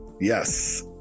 yes